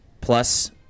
plus